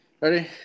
Ready